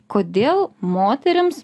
kodėl moterims